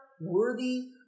worthy